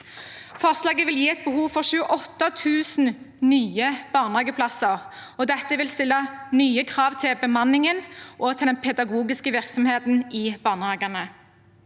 Forslaget vil gi et behov for 28 000 nye barnehageplasser, og dette vil stille nye krav til bemanningen og til den pedagogiske virksomheten i barnehagene.